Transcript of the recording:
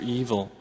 evil